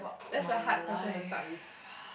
that's a hard question to start with